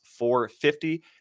450